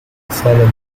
seven